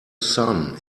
sun